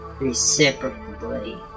reciprocally